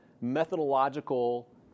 methodological